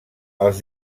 els